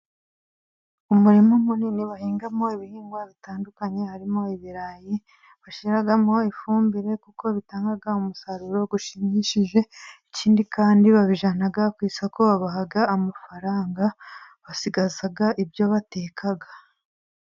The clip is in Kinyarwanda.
Mu murima munini, bahingamo ibihingwa bitandukanye. Harimo ibirayi bashyiramo ifumbire kuko bitanga umusaruro ushimishije, ikindi kandi babijyana ku isoko bakabaha amafaranga. Basigaza ibyo bateka.